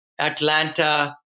Atlanta